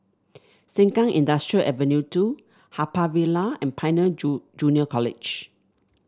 Sengkang Industrial Ave two Haw Par Villa and Pioneer Junior College